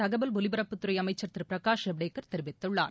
தகவல் ஒலிபரப்புத்துறை அமைச்சர் திரு பிரகாஷ் ஜவடேகர் தெரிவித்துள்ளார்